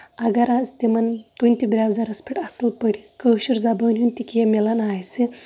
اَگر حظ تِمن کُنہِ تہِ بروزَرس پٮ۪ٹھ اَصٕل پٲٹھۍ کٲشُر زَبٲنۍ ہُند تہِ کیٚنٛہہ مِلان آسہِ